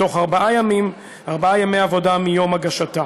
בתוך ארבעה ימי עבודה מיום הגשתה.